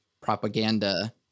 propaganda